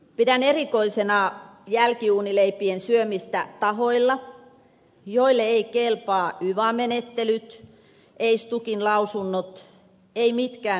pidän erikoisena jälkiuunileipien syömistä tahoilla joille eivät kelpaa yva menettelyt ei stukin lausunnot eivät mitkään viranomaismenettelyt